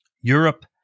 Europe